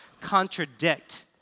contradict